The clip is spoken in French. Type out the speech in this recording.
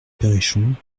perrichon